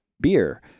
beer